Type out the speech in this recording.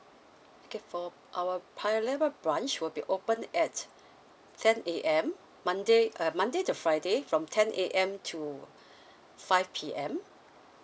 okay for our paya lebar branch will be open at ten A_M monday uh monday to friday from ten A_M to five P_M